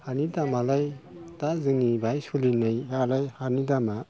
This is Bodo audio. हानि दामालाय दा जोंनि बेवहाय सोलिनाय हानि दामा